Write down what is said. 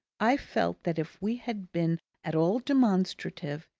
i felt that if we had been at all demonstrative,